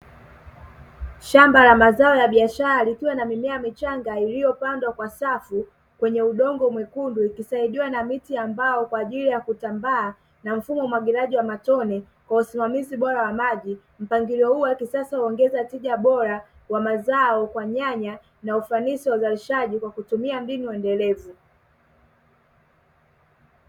Shamba la mazao ya biashara likiwa na mimea michanga iliyopandwa kwa safu kwenye udongo mwekundu ikisaidiwa na miti ya mbao kwa ajili ya kutambaa, na mfumo wa umwakigiliaji wa matone kwa usimamizi bora wa maji, mpangilio huo wa kisasa huongeza jita bora wa mazao kwa nyanya na ufanisi wa uzalishaji kwa kutumia mbinu endelevu.